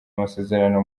amasezerano